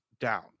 down